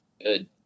good